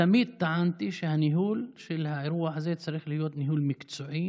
תמיד טענתי שהניהול של האירוע הזה צריך להיות ניהול מקצועי